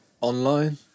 online